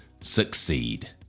succeed